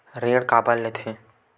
ऋण काबर लेथे?